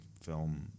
film